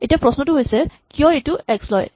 এতিয়া প্ৰশ্নটো হৈছে কিয় এইটো এক্স লয়